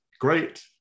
great